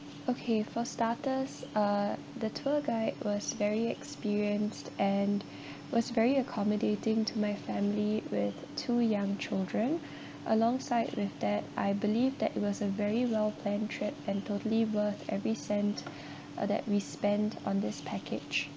okay for starters uh the tour guide was very experienced and was very accommodating to my family with two young children alongside with that I believe that it was a very well planned trip and totally worth every cent uh that we spent on this package